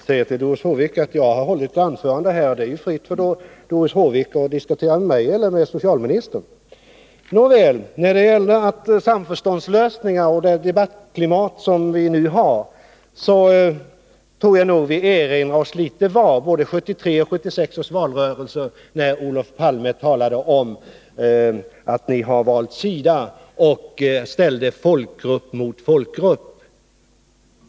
Herr talman! Får jag säga till Doris Håvik: Jag har hållit ett anförande här, och det står Doris Håvik fritt att diskutera med mig eller med socialministern. I fråga om samförståndslösningar och det debattklimat som vi nu har tror jag nogatt vi erinrar oss litet var både 1973 och 1976 års valrörelser, där Olof Palme talade om att ni valt sida och ställde folkgrupp mot folkgrupp.